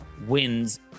wins